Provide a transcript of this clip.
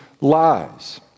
lies